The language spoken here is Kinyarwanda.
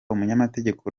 umunyamategeko